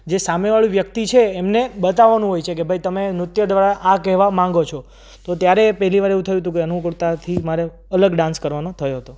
જે સામેવાળું વ્યક્તિ છે એમને બતાવવાનું હોય છે કે ભાઈ તમે નૃત્ય દ્વારા આ કહેવા માગો છો તો ત્યારે પહેલી વાર એવું થયું હતું કે અનુકૂળતાથી મારે અલગ ડાન્સ કરવાનો થયો હતો